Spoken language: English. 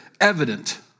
evident